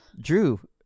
Drew